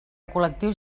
col·lectius